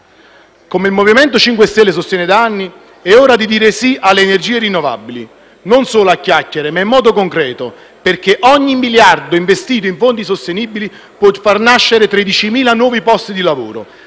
Come il Movimento 5 Stelle sostiene da anni, è ora di dire sì alle energie rinnovabili, non solo a chiacchiere, ma in modo concreto, perché per ogni miliardo investito su fonti sostenibili possono nascere 13.000 nuovi posti di lavoro,